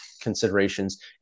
considerations